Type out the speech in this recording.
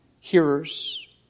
hearers